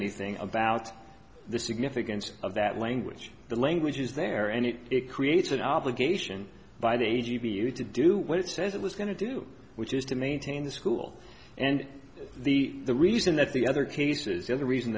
anything about the significance of that language the language is there any it creates an obligation by the age of you to do what it says it was going to do which is to maintain the school and the reason that the other cases the other reason